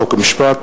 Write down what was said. חוק ומשפט.